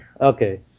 Okay